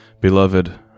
Beloved